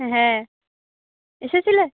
হ্যাঁ এসেছিল